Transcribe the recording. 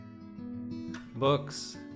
books